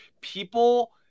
people